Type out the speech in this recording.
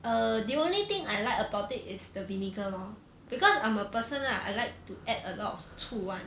err the only thing I like about it is the vinegar lor because I'm a person ah I like to add a lot of 醋 one